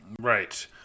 Right